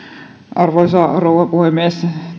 arvoisa rouva puhemies